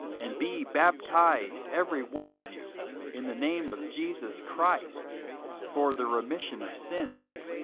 and be baptized every one of you in the name of jesus christ for the remission of sins,